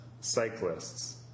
cyclists